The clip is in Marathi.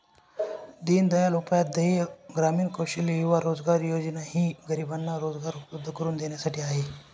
दीनदयाल उपाध्याय ग्रामीण कौशल्य युवा रोजगार योजना ही गरिबांना रोजगार उपलब्ध करून देण्यासाठी आहे